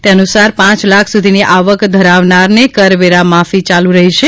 તે નુસાર પાંચ લાખ સુધીની આવક ધરાવનારને કરવેરા માફી યાલુ રહી છે